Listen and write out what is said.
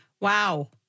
Wow